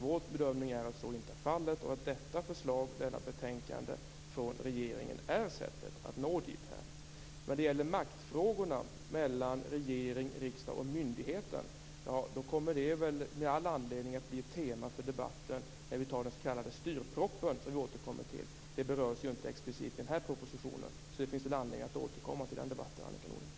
Vår bedömning är att så inte är fallet och att detta förslag från regeringen är sättet att nå dithän. När det gäller maktförskjutning mellan regering, riksdag och myndighet kommer den med all sannolikhet att bli tema för debatten när vi skall behandla den s.k. styrpropositionen. Detta berörs ju inte explicit i den här propositionen. Så det finns anledning att återkomma till den debatten, Annika Nordgren.